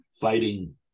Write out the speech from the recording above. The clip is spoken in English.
fighting